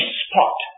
spot